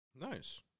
Nice